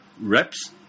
reps